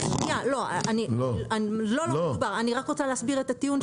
אז שניה, אני רק רוצה להסביר את הטיעון שלי.